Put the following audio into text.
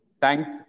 Thanks